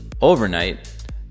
overnight